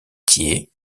thiers